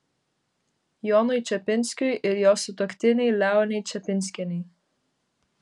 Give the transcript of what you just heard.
jonui čepinskiui ir jo sutuoktinei leonei čepinskienei